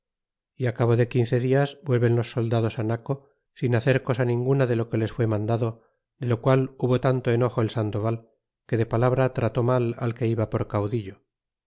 y acabo de quince dias vuelven los soldados naco sin hacer cosa ninguna de lo que les fue mandado de lo qual hubo tanto enojo el sandovalque de palabra trató mal al que iba por caudillo